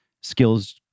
skills